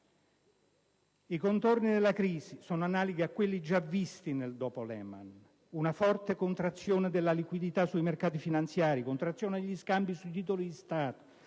I contorni della crisi sono analoghi a quelli già visti nel dopo Lehman: una forte contrazione della liquidità sui mercati finanziari: una contrazione degli scambi sui titoli di Stato: